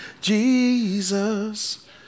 Jesus